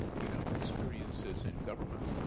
you know, experiences in government,